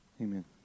Amen